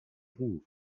ruf